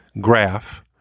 graph